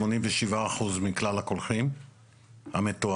שמונים ושבעה אחוז מכלל הקולחים המטוהרים.